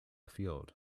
field